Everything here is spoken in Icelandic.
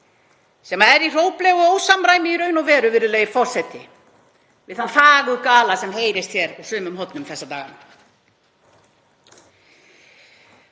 Það er í hróplegu ósamræmi í raun og veru, virðulegi forseti, við þann fagurgala sem heyrist hér úr sumum hornum þessa dagana.